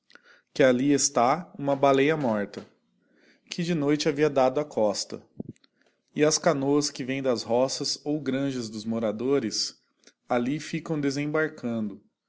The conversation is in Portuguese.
que ali está uma baléa morta que de noite havia dado á costa e as canoas que vêm das roças ou granjas dos moradores alli ficam desembarcando